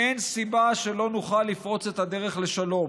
אין סיבה שלא נוכל לפרוץ את הדרך לשלום".